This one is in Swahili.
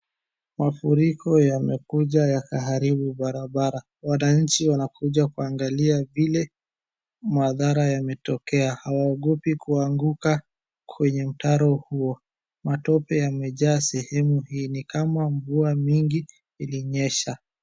Mafuriko yamekuja yakaharibu barabara. Wananchi wanakuja kuangalia vile madhara yametokea. Hawaogopi kuanguka kwenye mtaro huo. Matope yamejaa sehemu hii. Ni kama mvua nyingi ilinyesha.